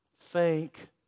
Thank